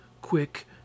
quick